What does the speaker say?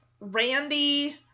Randy